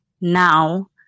now